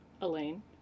Elaine